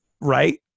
right